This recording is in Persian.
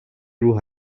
روح